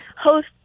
host